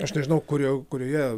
aš nežinau kurio kurioje